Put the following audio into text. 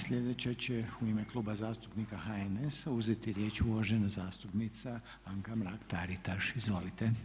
Sljedeća će u ime Kluba zastupnika HNS-a uzeti riječ uvažena zastupnica Anka Mrak Taritaš, izvolite.